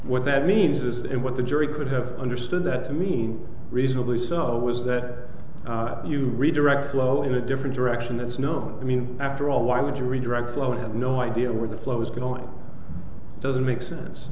what that means is and what the jury could have understood that to mean reasonably so was that you redirect flow in a different direction that's no i mean after all why would you redirect lho had no idea where the flow was going doesn't make sense